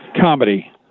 comedy